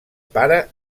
pare